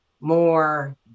more